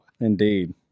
Indeed